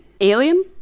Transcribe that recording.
Alien